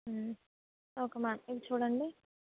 okay madam ఇది చూడండి